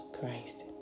christ